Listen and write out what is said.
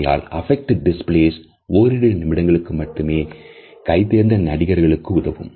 ஆகையால் affect displays ஓரிரு நிமிடங்களுக்கு மட்டுமே கைதேர்ந்த நடிகர்களுக்கு உதவும்